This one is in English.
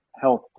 health